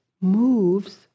moves